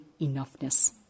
enoughness